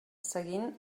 seguint